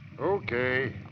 Okay